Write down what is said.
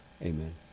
amen